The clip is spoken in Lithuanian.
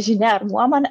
žinia ar nuomonė